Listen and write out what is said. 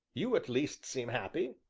you, at least seem happy,